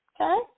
Okay